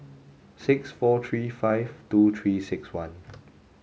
six four three five two three six one